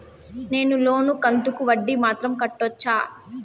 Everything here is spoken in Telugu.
నేను లోను కంతుకు వడ్డీ మాత్రం కట్టొచ్చా?